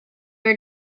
are